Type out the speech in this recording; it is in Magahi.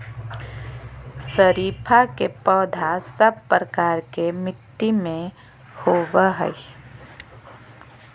शरीफा के पौधा सब प्रकार के मिट्टी में होवअ हई